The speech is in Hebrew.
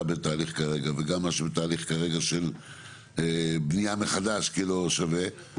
בתהליך כרגע וגם מה שבתהליך כרגע של בנייה מחדש כי לא שווה,